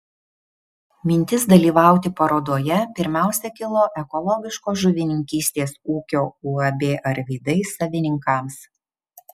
mintis dalyvauti parodoje pirmiausia kilo ekologiškos žuvininkystės ūkio uab arvydai savininkams